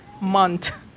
month